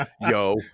yo